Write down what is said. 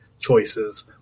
choices